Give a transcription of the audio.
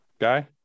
Guy